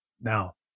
Now